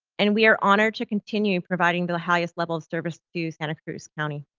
and we are honored to continue providing the highest level of service to santa cruz county.